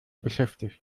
beschäftigt